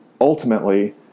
ultimately